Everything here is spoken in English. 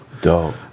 Dope